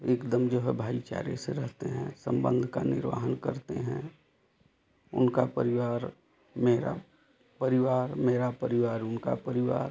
एक दम जो है भाईचारे से रहते हैं संबंध का निर्वाहन करते हैं उनका परिवार मेरा परिवार मेरा परिवार उनका परिवार